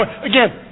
Again